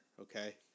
Okay